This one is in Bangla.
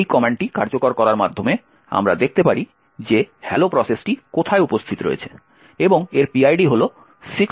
এই কমান্ডটি কার্যকর করার মাধ্যমে আমরা দেখতে পারি যে হ্যালো প্রসেসটি কোথায় উপস্থিত রয়েছে এবং এর পিআইডি হল 6757